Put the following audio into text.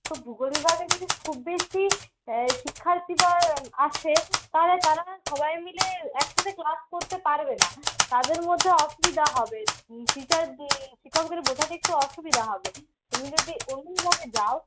তো ভূগোলের বিভাগে যে খুব বেশি শিক্ষার্থী বা আসে তাহলে তারা সবাই মিলে একসাথে ক্লাস করতে পারবে না তাদের মধ্যে অসুবিধা হবে টিচার শিক্ষকদের বোঝাতে একটু অসুবিধা হবে তুমি যদি অন্য বিভাগে যাও